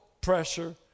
pressure